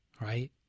right